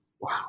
Wow